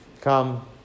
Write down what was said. come